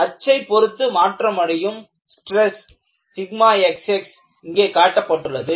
அச்சைப் பொருத்து மாற்றமடையும் ஸ்ட்ரெஸ் xx இங்கே காட்டப்பட்டுள்ளது